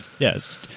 Yes